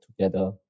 together